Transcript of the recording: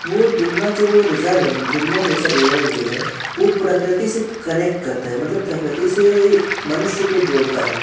वो डुमना जो रिज़र्व है डुमना नेचर रिज़र्व जो है वो प्रकृति से कनेक्ट करता है मतलब प्रकृति से मनुष्य को जोड़ता है